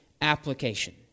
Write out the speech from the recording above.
application